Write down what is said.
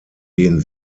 denen